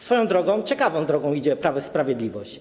Swoją drogą ciekawą drogą idzie Prawo i Sprawiedliwość.